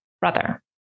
brother